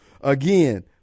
again